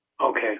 Okay